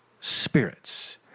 spirits